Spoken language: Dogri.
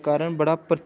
कारण बड़ा प्रतीक